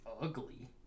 ugly